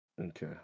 Okay